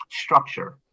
structure